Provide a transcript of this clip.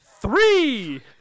Three